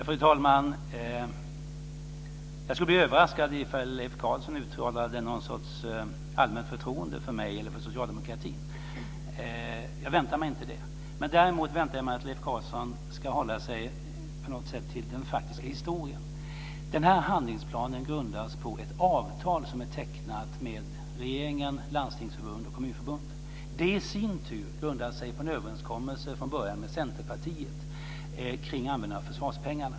Fru talman! Jag skulle bli överraskad om Leif Carlson uttalade någon sorts allmänt förtroende för mig eller för socialdemokratin. Jag väntar mig inte det. Men däremot väntar jag mig att Leif Carlson ska hålla sig till den faktiska historien. Denna handlingsplan grundas på ett avtal som är tecknat med regeringen, landstingsförbund och kommunförbund. Det i sin tur grundar sig från början på en överenskommelse med Centerpartiet kring användningen av försvarspengarna.